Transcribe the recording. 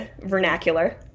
vernacular